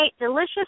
delicious